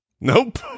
Nope